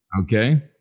Okay